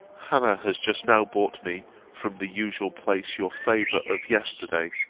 hannah has just now brought me from the usual place your favour of yesterday.